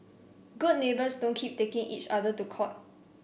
good neighbours don't keep taking each other to court